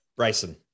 Bryson